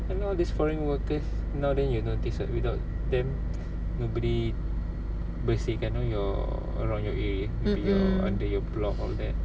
mm mm